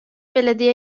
belediye